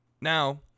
Now